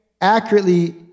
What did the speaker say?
accurately